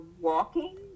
walking